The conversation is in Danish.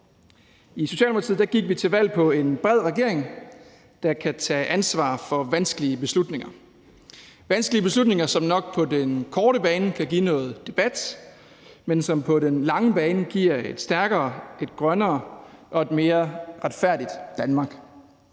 I Socialdemokratiet gik vi til valg på en bred regering, der kan tage ansvar for vanskelige beslutninger – vanskelige beslutninger, som nok på den korte bane kan give noget debat, men som på den lange bane giver et stærkere, et grønnere og et mere retfærdigt Danmark.